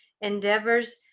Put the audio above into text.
endeavors